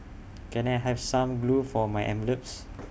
can I have some glue for my envelopes